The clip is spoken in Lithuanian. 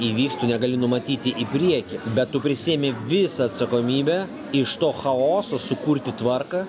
įvyks tu negali numatyti į priekį bet tu prisiėmi visą atsakomybę iš to chaoso sukurti tvarką